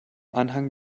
anhang